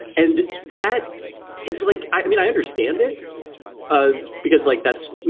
and that is like i mean, i understand it ah because, like, that's, you